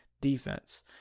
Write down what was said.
defense